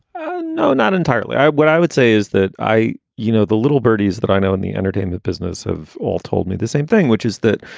ah no, not entirely. i would i would say is that i you know, the little birdies that i know in the entertainment business have all told me the same thing, which is that,